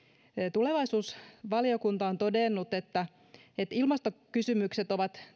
tulevaisuusvaliokunta on todennut että että ilmastokysymykset ovat